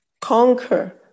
conquer